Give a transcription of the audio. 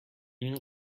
این